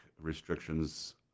restrictions